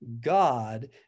God